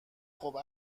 خوب